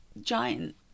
giant